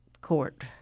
court